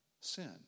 sin